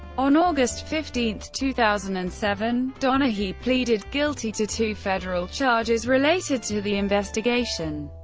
on august fifteen, two thousand and seven, donaghy pleaded guilty to two federal charges related to the investigation.